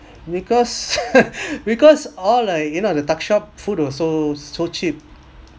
because because all eh you know the tuck shop food also so cheap